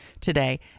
today